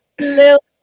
little